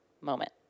moment